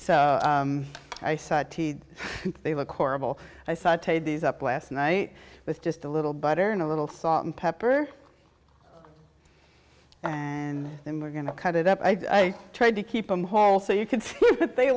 say they look horrible i saute these up last night with just a little butter and a little salt and pepper and then we're going to cut it up i tried to keep them hall so you can see what they